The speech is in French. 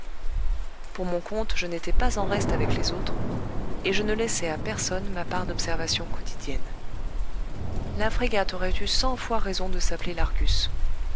pour mon compte je n'étais pas en reste avec les autres et je ne laissais à personne ma part d'observations quotidiennes la frégate aurait eu cent fois raison de s'appeler l'argus